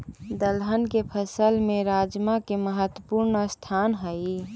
दलहन के फसल में राजमा के महत्वपूर्ण स्थान हइ